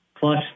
plus